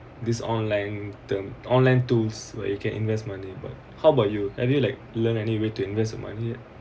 this online term online tools where you can invest money but how about you have you like learn any way to invest the money